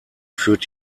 führt